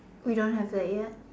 we don't have that yet